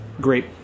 great